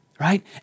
right